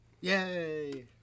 Yay